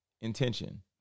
intention